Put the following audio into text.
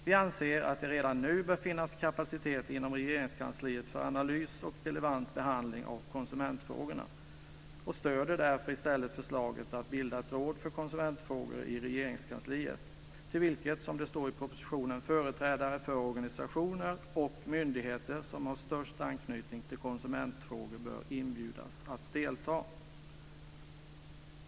Vi anser att det redan nu bör finnas kapacitet inom Regeringskansliet för analys och relevant behandling av konsumentfrågorna och stöder därför i stället förslaget att bilda ett råd för konsumentfrågor i Regeringskansliet till vilket, som det står i propositionen, företrädare för de organisationer och myndigheter som har störst anknytning till konsumentfrågor bör inbjudas att delta.